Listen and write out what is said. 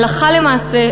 הלכה למעשה,